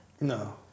No